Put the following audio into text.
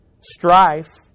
strife